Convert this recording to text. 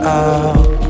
out